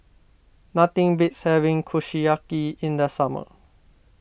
nothing beats having Kushiyaki in the summer